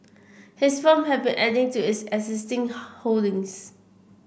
his firm have been adding to is existing holdings